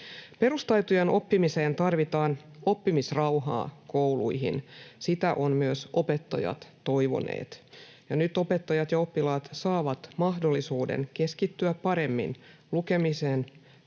Perustaitojen oppimiseen tarvitaan oppimisrauhaa kouluihin. Sitä ovat myös opettajat toivoneet. Nyt opettajat ja oppilaat saavat mahdollisuuden keskittyä paremmin lukemisen,